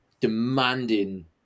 demanding